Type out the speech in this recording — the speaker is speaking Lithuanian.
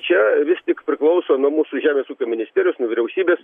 čia vis tik priklauso nuo mūsų žemės ūkio ministerijos nuo vyriausybės